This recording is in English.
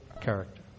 character